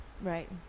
Right